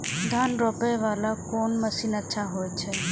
धान रोपे वाला कोन मशीन अच्छा होय छे?